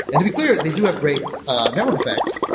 and to be clear, they do have great network effects,